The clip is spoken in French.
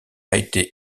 été